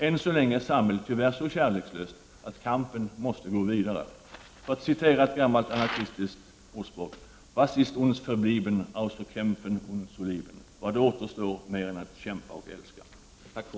Ännu är samhället, tyvärr, så kärlekslöst att kampen måste gå vidare. Jag skall citera ett gammalt anarkistiskt ordspråk: ”Was ist uns verblieben ausser kämpfen und zu lieben?” Alltså: Vad återstår mer än att kämpa och att älska?